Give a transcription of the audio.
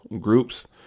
groups